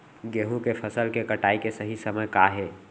गेहूँ के फसल के कटाई के सही समय का हे?